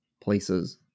places